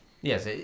yes